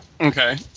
okay